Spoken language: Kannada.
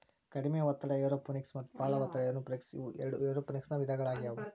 ಕಡಿಮೆ ಒತ್ತಡ ಏರೋಪೋನಿಕ್ಸ ಮತ್ತ ಬಾಳ ಒತ್ತಡ ಏರೋಪೋನಿಕ್ಸ ಇವು ಎರಡು ಏರೋಪೋನಿಕ್ಸನ ವಿಧಗಳಾಗ್ಯವು